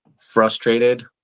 frustrated